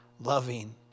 loving